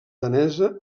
danesa